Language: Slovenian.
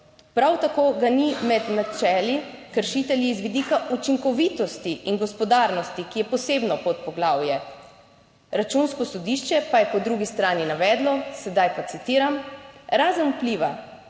Prav tako ga ni med načeli kršitelji z vidika učinkovitosti in gospodarnosti, ki je posebno podpoglavje. Računsko sodišče pa je po drugi strani navedlo, sedaj pa citiram: "Razen vpliva